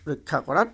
ৰক্ষা কৰাত